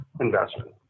investment